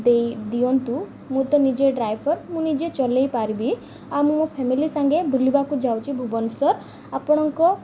ଦେଇ ଦିଅନ୍ତୁ ମୁଁ ତ ନିଜେ ଡ୍ରାଇଭର୍ ମୁଁ ନିଜେ ଚଲାଇ ପାରିବି ଆଉ ମୁଁ ମୋ ଫ୍ୟାମିଲି ସାଙ୍ଗେ ବୁଲିବାକୁ ଯାଉଛି ଭୁବନେଶ୍ୱର ଆପଣଙ୍କ